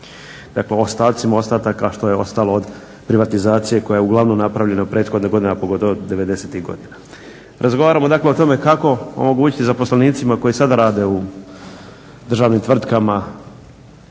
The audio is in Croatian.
Dakle ostacima ostataka što je ostalo od privatizacije koja je uglavnom napravljeno prethodnih godina pogotovo devedesetih godina. Razgovaramo o tome kako omogućiti zaposlenicima koji sada rade u državnim tvrtkama